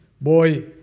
Boy